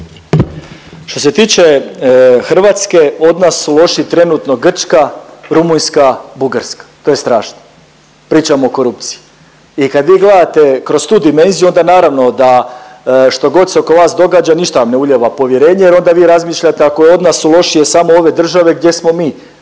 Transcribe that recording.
Što se tiče Hrvatske od nas su lošiji trenutno Grčka, Rumunjska, Bugarska. To je strašno! Pričamo o korupciji. I kad vi gledate kroz tu dimenziju, onda naravno da što god se oko vas događa ništa vam ne ulijeva povjerenje, jer onda vi razmišljate ako je od nas su lošije samo ove države gdje smo mi